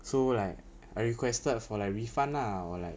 so like I requested for like refund lah or like